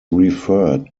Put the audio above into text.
referred